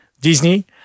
Disney